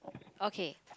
okay